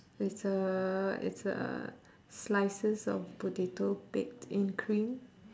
it's a it's uh slices of potato baked in cream